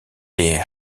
des